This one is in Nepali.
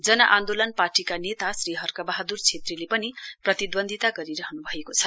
जन आन्दोलन पार्टीका नेता हर्कबहाद्र छेत्रीले पनि प्रतिदून्दिता गरिरहन् भएको छ